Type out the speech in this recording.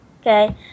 Okay